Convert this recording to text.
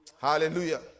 Hallelujah